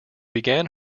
began